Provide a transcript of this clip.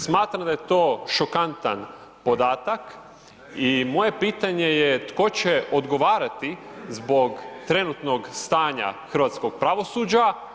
Smatram da je to šokantan podatak i moje pitanje je tko će odgovarati zbog trenutnog stanja hrvatskog pravosuđa?